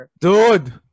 Dude